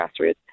grassroots